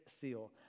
seal